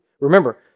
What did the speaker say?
remember